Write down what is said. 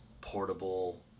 portable